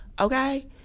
okay